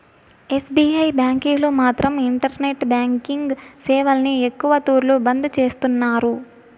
SBI బ్యాంకీలు మాత్రం internet banking సేవల్ని ఎక్కవ తూర్లు బంద్ చేస్తున్నారు